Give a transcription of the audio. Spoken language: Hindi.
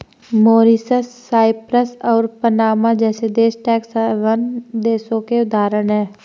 मॉरीशस, साइप्रस और पनामा जैसे देश टैक्स हैवन देशों के उदाहरण है